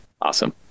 awesome